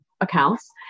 accounts